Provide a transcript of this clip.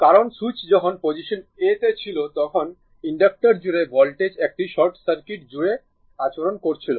কারণ সুইচ যখন position a তে ছিল তখন ইনডাক্টর জুড়ে ভোল্টেজ একটি শর্ট সার্কিট জুড়ে আচরণ করছিল